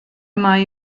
mai